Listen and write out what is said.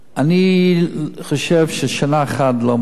אני חושב ששנה אחת זה לא מספיק.